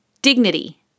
Dignity